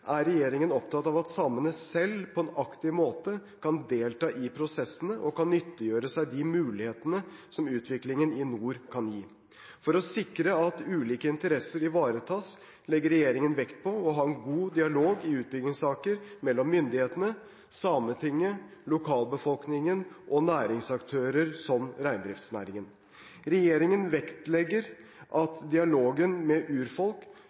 er regjeringen opptatt av at samene selv på en aktiv måte kan delta i prosessene og kan nyttiggjøre seg de mulighetene som utviklingen i nord kan gi. For å sikre at de ulike interessene ivaretas legger regjeringen vekt på å ha en god dialog i utbyggingssaker mellom myndighetene, Sametinget, lokalbefolkningen og næringsaktører som reindriftsnæringen. Regjeringens vektlegging av dialog med urfolk